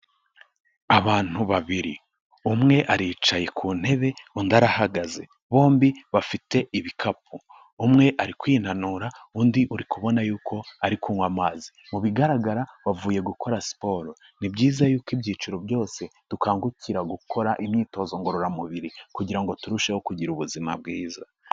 Abantu babiri. Umwe aricaye ku ntebe undi arahagaze. Bombi bafite ibikapu. Umwe ari kwinanura, undi uri kubona yuko ari kunywa amazi. Mu bigaragara bavuye gukora siporo. Ni byiza yuko ibyiciro byose dukangukira gukora imyitozo ngororamubiri; kugira ngo turusheho kugira ubuzima bwiza.